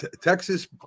Texas